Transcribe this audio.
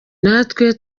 natwe